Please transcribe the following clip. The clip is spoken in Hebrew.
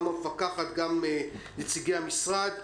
גם המפקחת וגם נציגי המשרד,